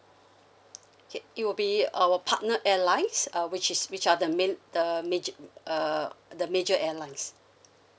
okay it will be our partner airlines uh which is which are the main the maj~ uh the major airlines